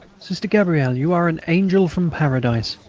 sister gabrielle, you are an angel from paradise.